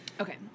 Okay